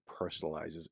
personalizes